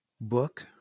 book